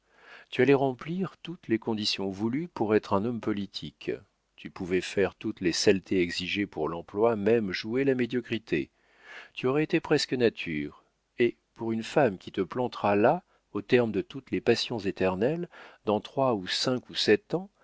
tu allais remplir toutes les conditions voulues pour être un homme politique tu pouvais faire toutes les saletés exigées pour l'emploi même jouer la médiocrité tu aurais été presque nature et pour une femme qui te plantera là au terme de toutes les passions éternelles dans trois cinq ou sept ans